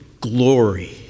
glory